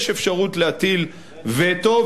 יש אפשרות להטיל וטו,